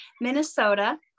Minnesota